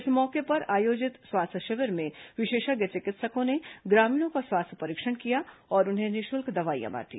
इस मौके पर आयोजित स्वास्थ्य शिविर में विशेषज्ञ चिकित्सकों ने ग्रामीणों का स्वास्थ्य परीक्षण किया और उन्हें निःशुल्क दवाइयां बांटी